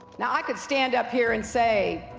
now, i could stand up here and say,